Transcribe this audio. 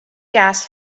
gas